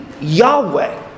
Yahweh